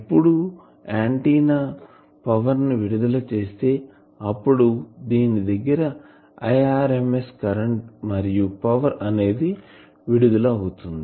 ఎప్పుడు antenna power ని విడుదల చేస్తే అప్పుడు దీని దగ్గర Irms కరెంటు మరియు పవర్ అనేది విడుదల అవుతుంది